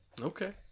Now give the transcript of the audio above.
Okay